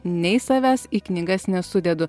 nei savęs į knygas nesudedu